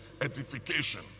edification